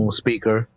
speaker